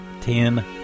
Ten